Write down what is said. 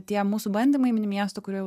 tie mūsų bandymai mini miestų kurie jau